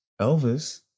Elvis